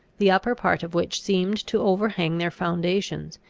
the upper part of which seemed to overhang their foundations,